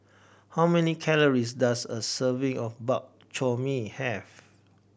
how many calories does a serving of Bak Chor Mee have